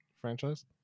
franchise